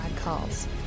calls